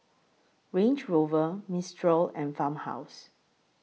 Range Rover Mistral and Farmhouse